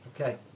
Okay